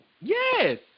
Yes